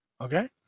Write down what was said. Okay